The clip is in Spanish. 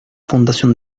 fundación